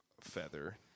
feather